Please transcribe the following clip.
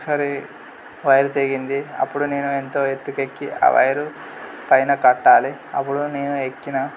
ఒకసారి వైరు తెగింది అప్పుడు నేను ఎంతో ఎత్తుకు ఎక్కి ఆ వైరు పైన కట్టాలి అప్పుడు నేను ఎక్కిన